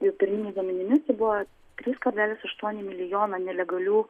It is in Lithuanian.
ir pirminiais duomenimis tai buvo trys kablelis aštuoni milijono nelegalių